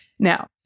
Now